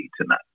tonight